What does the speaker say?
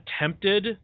attempted